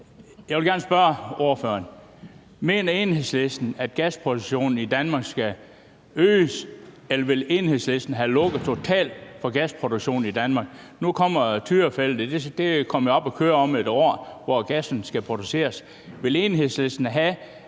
Jeg vil gerne spørge ordføreren: Mener Enhedslisten, at gasproduktionen i Danmark skal øges, eller vil Enhedslisten have lukket totalt for gasproduktionen i Danmark? Nu kommer Tyrafeltet jo op at køre om et år, hvor gassen skal produceres. Vil Enhedslisten have,